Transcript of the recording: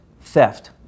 theft